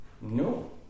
no